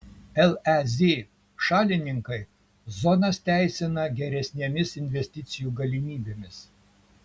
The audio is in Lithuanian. lez šalininkai zonas teisina geresnėmis investicijų galimybėmis